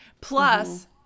Plus